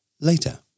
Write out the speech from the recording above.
Later